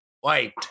white